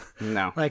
No